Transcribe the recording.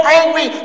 angry